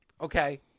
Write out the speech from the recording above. Okay